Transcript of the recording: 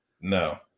No